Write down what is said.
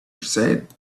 said